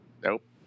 Nope